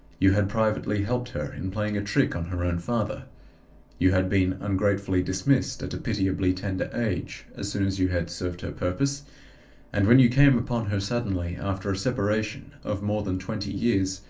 you had privately helped her in playing a trick on her own father you had been ungratefully dismissed, at a pitiably tender age, as soon as you had served her purpose and, when you came upon her suddenly, after a separation of more than twenty years,